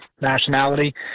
nationality